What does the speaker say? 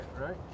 Right